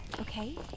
okay